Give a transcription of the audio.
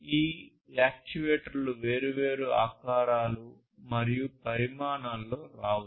ఈ యాక్యుయేటర్లు వేర్వేరు ఆకారాలు మరియు పరిమాణాలలో రావచ్చు